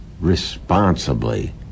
responsibly